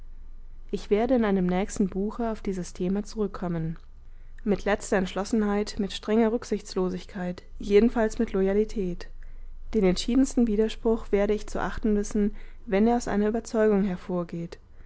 ich werde in einem nächsten buche auf dieses thema zurückkommen mit letzter entschlossenheit mit strenger rücksichtslosigkeit jedenfalls mit loyalität den entschiedensten widerspruch werde ich zu achten wissen wenn er aus einer überzeugung hervorgeht